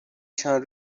چند